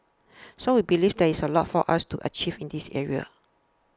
so we believe there is a lot for us to achieve in this area